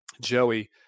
Joey